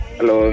Hello